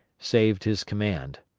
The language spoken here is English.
saved his command.